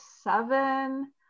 Seven